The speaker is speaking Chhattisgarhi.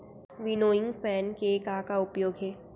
विनोइंग फैन के का का उपयोग हे?